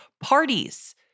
parties